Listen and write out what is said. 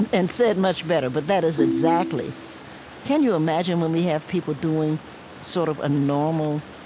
and and said much better. but that is exactly can you imagine when we have people doing sort of a normal,